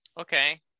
Okay